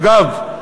אגב,